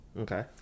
Okay